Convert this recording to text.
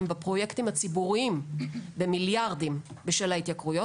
בפרויקטים הציבוריים במיליארדים בשל ההתייקרויות.